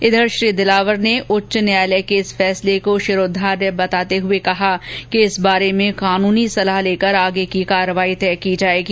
उधर श्री दिलावर ने उच्च न्यायालय के इस फैसले को शिरोधार्य बताते हुए कहा कि इस बारे में कानुनी सलाह लेकर आगे की कार्यवाही तय की जाएगी